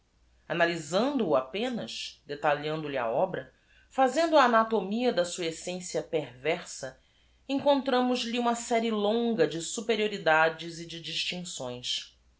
origem ualyzando o apenas detalhando lhe a obra fazendo a anatomia da sua essência perversa encontramos lhe uma serie longa de superioridades e de distincções